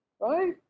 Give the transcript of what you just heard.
right